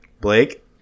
Blake